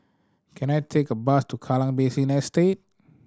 can I take a bus to Kallang Basin Estate